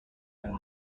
and